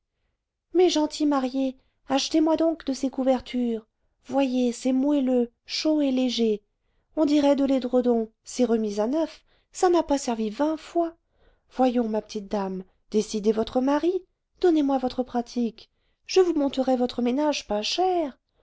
mes gentils mariés achetez-moi donc de ces couvertures voyez c'est moelleux chaud et léger on dirait de l'édredon c'est remis à neuf ça n'a pas servi vingt fois voyons ma petite dame décidez votre mari donnez-moi votre pratique je vous monterai votre ménage pas cher